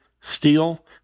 steel